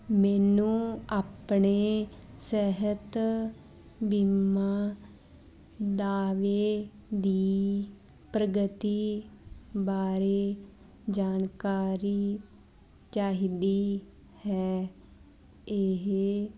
ਮੈਨੂੰ ਆਪਣੇ ਸਿਹਤ ਬੀਮਾ ਦਾਅਵੇ ਦੀ ਪ੍ਰਗਤੀ ਬਾਰੇ ਜਾਣਕਾਰੀ ਚਾਹੀਦੀ ਹੈ ਇਹ